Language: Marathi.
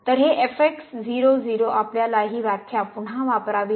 तर हे आपल्याला ही व्याख्या पुन्हा वापरावी लागेल